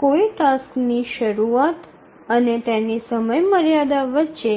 કોઈ ટાસ્કની શરૂઆત અને તેની સમયમર્યાદા વચ્ચે